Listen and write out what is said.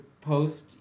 post